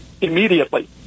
immediately